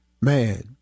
Man